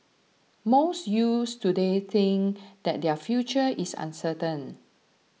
most youths today think that their future is uncertain